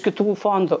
kitų fondų